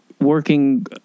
working